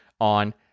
on